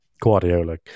Guardiola